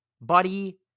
Buddy